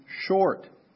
short